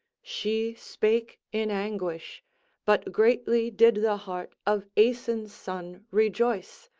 she spake in anguish but greatly did the heart of aeson's son rejoice,